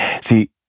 See